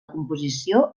composició